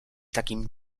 takim